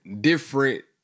different